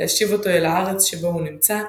להשיב אותו אל הארץ שבו הוא נמצא,